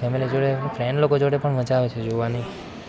family જોડે friend લોકો જોડે પણ મજા આવે છે જોવાની